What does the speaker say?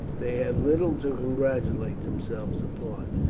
they had little to congratulate themselves upon.